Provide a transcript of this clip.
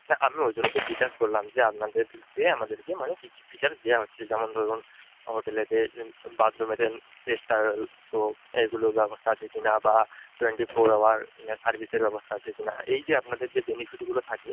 না আমি ওই জন্য তো জিজ্ঞাস করলাম যে আপনাদেরকে আমাদেরকে মানে কী কী ফিচার্স দেওয়া হচ্ছে যেমন ধরুন হোটেলে যে বাথরুমেতে ফ্রেশ টাওয়েল সোপ এইগুলোর ব্যবস্তা আছে কিনা বা টোয়েন্টি ফোর আওয়ার সার্ভিসের ব্যবস্থা আছে কিনা এই যে আপনাদের যে বেনিফিটগুলো থাকে